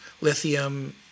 Lithium